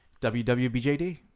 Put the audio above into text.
WWBJD